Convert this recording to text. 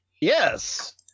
Yes